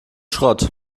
schrott